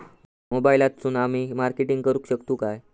मोबाईलातसून आमी मार्केटिंग करूक शकतू काय?